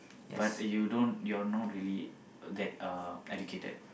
but you don't you are not really uh that uh educated